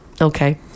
Okay